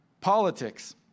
Politics